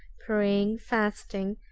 praying, fasting,